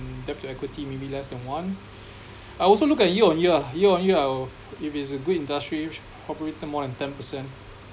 mm debt to equity maybe less than one I also look at year on year ah year on year I'll if it's a good industry operated more than ten percent